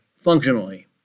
functionally